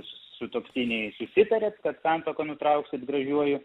sutuoktiniai susitariat kad santuoką nutrauksit gražiuoju